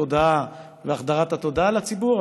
תודעה והחדרת התודעה לציבור,